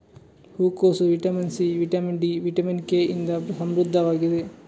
ಹೂಕೋಸು vitamin C, vitamin D, vitamin K ಇಂದ ಸಮೃದ್ಧವಾಗಿದೆ